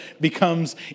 becomes